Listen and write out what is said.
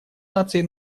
наций